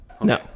no